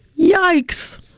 Yikes